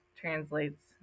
translates